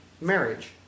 marriage